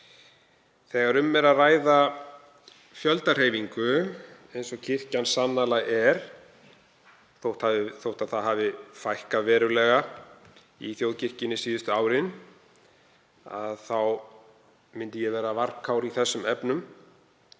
Þegar um er að ræða fjöldahreyfingu, eins og kirkjan sannarlega er þótt verulega hafi fækkað í þjóðkirkjunni síðustu árin, myndi ég vera varkár í þessum efnum